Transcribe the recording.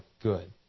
good